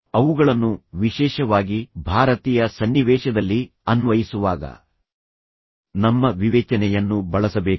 ಅವುಗಳನ್ನು ವಿಶೇಷವಾಗಿ ಭಾರತೀಯ ಸನ್ನಿವೇಶದಲ್ಲಿ ಅನ್ವಯಿಸುವಾಗ ನಮ್ಮ ವಿವೇಚನೆಯನ್ನು ಬಳಸಬೇಕು